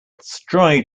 strive